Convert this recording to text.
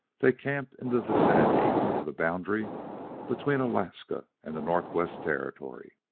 they camped in the vicinity of the boundary between alaska and the northwest territory.